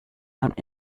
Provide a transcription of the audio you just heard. out